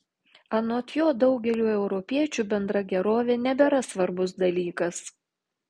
anot jo daugeliui europiečių bendra gerovė nebėra svarbus dalykas